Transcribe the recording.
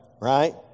right